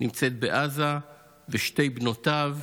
נמצאת בעזה עם שתי בנותיו,